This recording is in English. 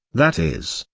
that is,